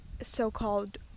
so-called